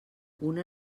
una